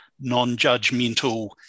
non-judgmental